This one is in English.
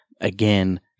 again